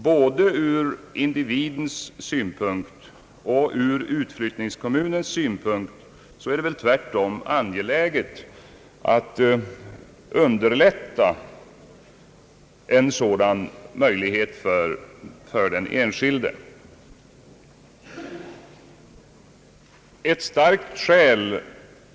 Både ur individens synpunkt och ur utflyttningskommunens synpunkt är det tvärtom angeläget att underlätta en sådan möjlighet för den enskilde.